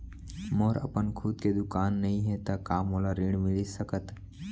मोर अपन खुद के दुकान नई हे त का मोला ऋण मिलिस सकत?